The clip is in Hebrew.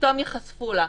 פתאום ייחשפו לה,